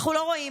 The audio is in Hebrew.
אנחנו לא רואים.